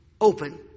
open